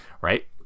right